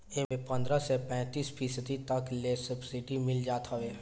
एमे पन्द्रह से पैंतीस फीसदी तक ले सब्सिडी मिल जात हवे